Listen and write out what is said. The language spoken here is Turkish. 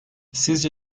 sizce